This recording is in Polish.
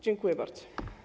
Dziękuję bardzo.